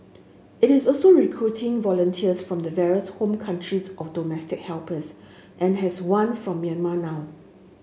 it is also recruiting volunteers from the various home countries of domestic helpers and has one from Myanmar now